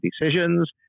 decisions